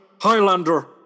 Highlander